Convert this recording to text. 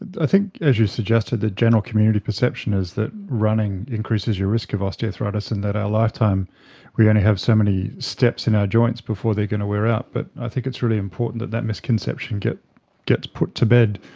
and i think, as you suggested, the general community perception is that running increases your risk of osteoarthritis and that in our lifetime we only have so many steps in our joints before they're going to wear out. but i think it's really important that that misconception gets gets put to bed,